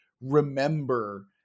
remember